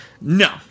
No